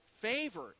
favor